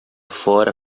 fora